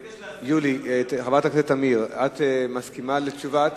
חברת הכנסת תמיר, את מסכימה לתשובה?